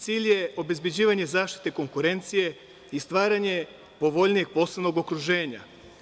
Cilj je obezbeđivanje zaštite konkurencije i stvaranje povoljnijeg poslovnog okruženja.